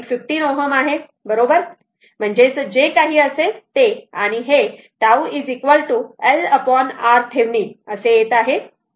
15 Ω आहे बरोबर जे काही असेल ते आणि हे τ LRThevenin येत आहे 2 सेकंद